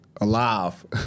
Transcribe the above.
alive